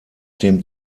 dem